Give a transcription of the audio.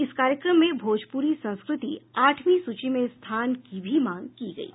इस कार्यक्रम में भोजपुरी संस्कृति आठवीं सूची में स्थान की भी मांग की गयी